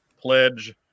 Pledge